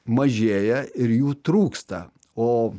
mažėja ir jų trūksta o